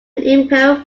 imperial